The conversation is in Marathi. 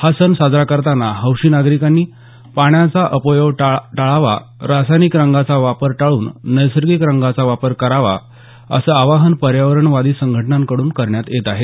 हा सण साजरा करताना हौशी नागरिकांनी पाण्याचा अपव्यय टाळावा रासायनिक रंगाचा वापर टाळून नैसर्गिक रंगांचा वापर करावा असं आवाहन पर्यावरणवादी संघटनांकडून करण्यात येत आहे